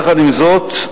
עם זאת,